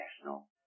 national